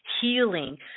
healing